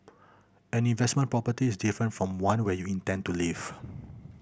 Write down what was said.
an investment property is different from one where you intend to live